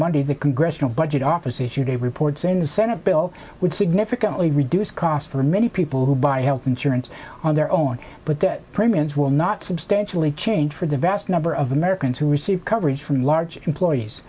monday the congressional budget office issued a report saying the senate bill would significantly reduce costs for many people who buy health insurance on their own but that premiums will not substantially change for the vast number of americans who receive coverage from large employees